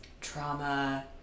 trauma